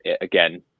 again